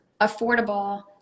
affordable